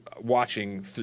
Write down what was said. watching